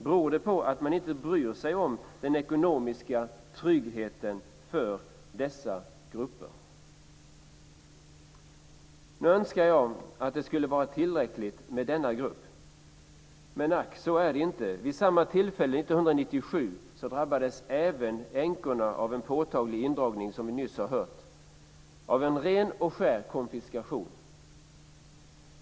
Beror det på att man inte bryr sig om den ekonomiska tryggheten för dessa grupper? Nu önskar jag att det skulle vara tillräckligt med denna grupp. Men, ack, så är det inte. Vid samma tillfälle, 1997, drabbades även änkorna av en påtaglig indragning, som vi nyss har hört, som är en ren och skär konfiskation.